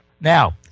Now